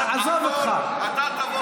אתם בבעיה.